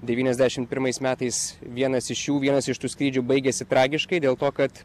devyniasdešimt pirmais metais vienas iš jų vienas iš tų skrydžių baigėsi tragiškai dėl to kad